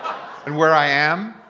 and where i am?